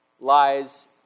lies